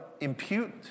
impute